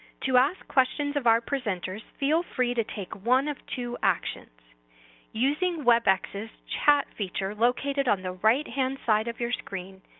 to ask questions of our presenters, feel free to take one of two actions using webex's chat feature located on the right hand side of your screen,